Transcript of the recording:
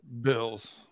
Bills